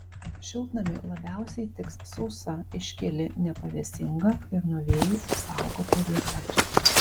šiltnamiui labiausiai tiks sausa iškili nepavėsinga ir nuo vėjų apsaugota vieta